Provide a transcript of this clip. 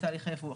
בתהליך הייבוא.